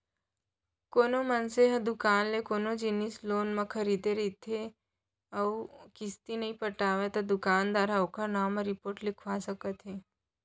कोनो मनसे ह दुकान ले कोनो जिनिस लोन म खरीदे रथे अउ किस्ती नइ पटावय त दुकानदार ह ओखर नांव म रिपोट लिखवा सकत हे